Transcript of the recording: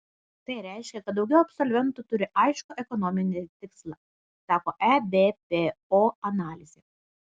tai reiškia kad daugiau absolventų turi aiškų ekonominį tikslą sako ebpo analizė